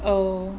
oh